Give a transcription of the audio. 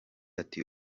ati